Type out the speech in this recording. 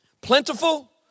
plentiful